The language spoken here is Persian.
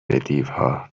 دیوها